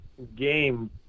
game